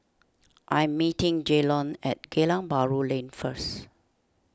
I am meeting Jaylon at Geylang Bahru Lane first